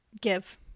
Give